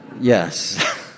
Yes